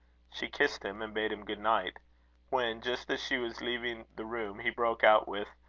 she kissed him, and bade him good night when, just as she was leaving the room, he broke out with